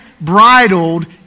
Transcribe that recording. bridled